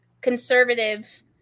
Conservative